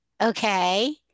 okay